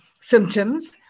symptoms